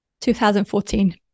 2014